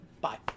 Bye